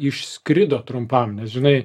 išskrido trumpam nes žinai